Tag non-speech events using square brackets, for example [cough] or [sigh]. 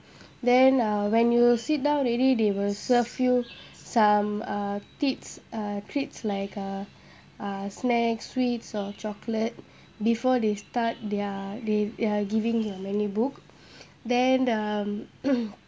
then uh when you sit down already they will serve you some uh tids~ uh treats like a uh uh snacks sweets or chocolate before they start their they uh giving you the menu book then um [coughs]